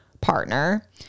partner